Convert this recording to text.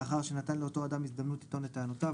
לאחר שנתן לאותו האדם הזדמנות לטעות את טענותיו